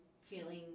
feeling